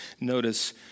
notice